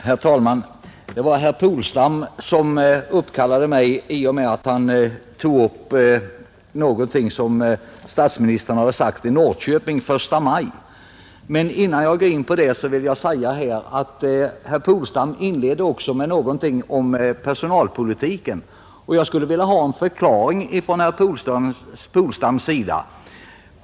Herr talman! Det var herr Polstam som uppkallade mig i och med att han tog upp ett yttrande av statsministern i Norrköping den 1 maj. Men innan jag går in på det skulle jag vilja ha en förklaring av herr Polstam med anledning av vad han inledningsvis sade om personalpolitiken.